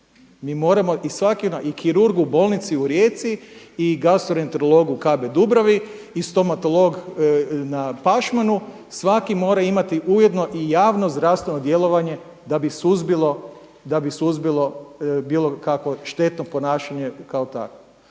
Mi moramo, i svaki i kirurg u bolnici u Rijeci i gastroenterolog u KB Dubravi i stomatolog na Pašman, svaki mora imati ujedno i javno zdravstveno djelovanje da bi suzbilo, da bi suzbilo bilo kakvo štetno ponašanje kao takvo.